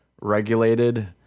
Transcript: regulated